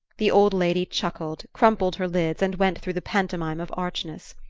the old lady chuckled, crumpled her lids, and went through the pantomime of archness.